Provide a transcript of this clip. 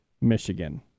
Michigan